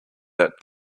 that